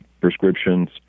prescriptions